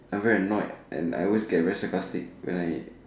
I'm very annoyed and I always get very sarcastic when I